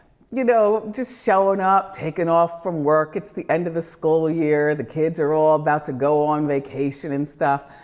you know, just showing up taken off from work. it's the end of the school year, the kids are all about to go on vacation and stuff,